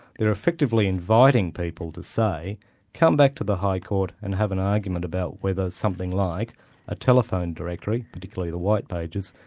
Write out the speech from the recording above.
they're effectively inviting people to say come back to the high court and have an argument about whether something like a telephone directory, particularly the white pages,